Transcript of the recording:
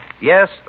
Yes